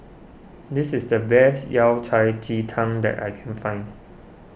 this is the best Yao Cai Ji Tang that I can find